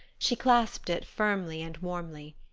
she clasped it firmly and warmly.